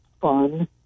fun